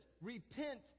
Repent